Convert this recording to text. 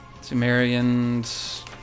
Sumerians